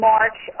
March